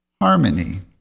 Harmony